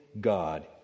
God